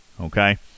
Okay